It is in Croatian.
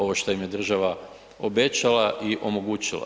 Ovo što im je država obećala i omogućila.